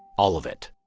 all of it